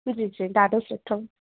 जी जी ॾाढो सुठो